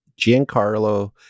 Giancarlo